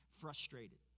frustrated